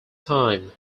time